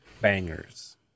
bangers